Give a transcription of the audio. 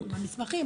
מה קורה עם המסמכים,